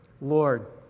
Lord